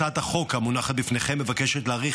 הצעת החוק המונחת בפניכם מבקשת להאריך